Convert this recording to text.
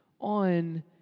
on